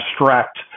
abstract